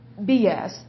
BS